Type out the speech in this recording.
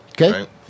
Okay